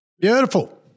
Beautiful